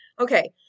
Okay